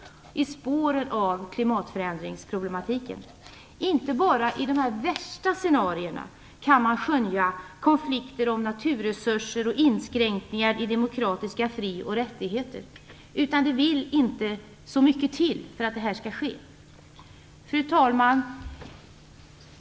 I spåren av klimatförändringsproblematiken - inte bara i de värsta scenarierna - kan man skönja konflikter om naturresurser och inskränkningar i demokratiska fri och rättigheter. Det krävs inte så mycket till för att det här skall ske. Fru talman!